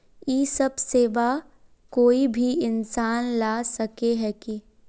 इ सब सेवा कोई भी इंसान ला सके है की?